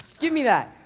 give me that.